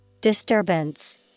Disturbance